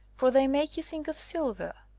for they make you think of sil ver,